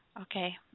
Okay